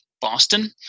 Boston